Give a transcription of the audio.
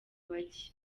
bake